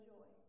Joy